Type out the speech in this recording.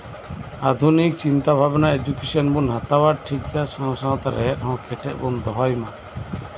ᱟᱫᱷᱩᱱᱤᱠ ᱪᱤᱱᱛᱟᱼᱵᱷᱟᱵᱱᱟ ᱮᱰᱩᱠᱮᱥᱚᱱ ᱵᱚᱱ ᱦᱟᱛᱟᱣᱟ ᱴᱷᱤᱠ ᱜᱮᱭᱟ ᱚᱱᱟ ᱥᱟᱶᱛᱮ ᱥᱟᱶᱛᱟ ᱨᱮ ᱠᱮᱴᱮᱡ ᱵᱚᱱ ᱫᱚᱦᱚᱭ ᱢᱟ